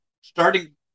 starting